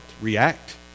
react